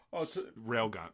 Railgun